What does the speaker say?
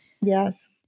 yes